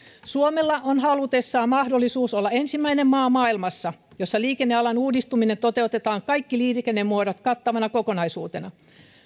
suomella on halutessaan mahdollisuus olla se ensimmäinen maa maailmassa jossa liikennealan uudistuminen toteutetaan kaikki liikennemuodot kattavana kokonaisuutena